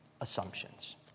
assumptions